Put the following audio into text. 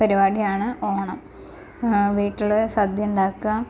പരിപാടിയാണ് ഓണം വീട്ടിൽ സദ്യ ഉണ്ടാക്കുക